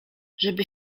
żeby